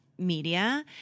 Media